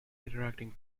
interacting